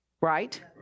Right